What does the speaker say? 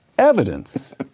evidence